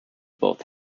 both